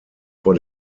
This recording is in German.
vor